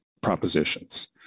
propositions